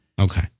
Okay